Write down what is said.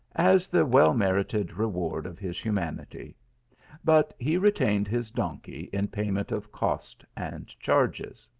as the well-merited reward of his hu manity but he retained his donkey in payment of cost and charges.